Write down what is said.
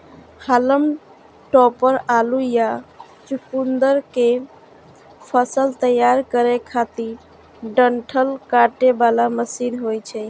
हाल्म topper आलू या चुकुंदर के फसल तैयार करै खातिर डंठल काटे बला मशीन होइ छै